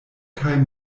kaj